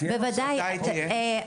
מתי היא תהיה?